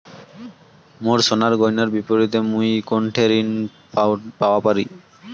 মোর সোনার গয়নার বিপরীতে মুই কোনঠে ঋণ পাওয়া পারি?